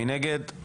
מי נגד?